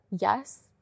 Yes